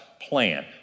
plan